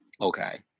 okay